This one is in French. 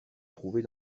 trouver